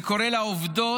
אני קורא לעובדות